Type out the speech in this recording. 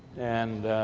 and